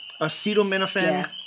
acetaminophen